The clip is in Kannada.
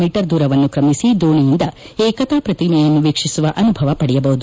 ಮೀ ದೂರವನ್ನು ಕ್ರಮಿಸಿ ದೋಣೆಯಿಂದ ಏಕತಾ ಪ್ರತಿಮೆಯನ್ನು ವೀಕ್ಷಿಸುವ ಅನುಭವ ಪಡೆಯಬಹುದು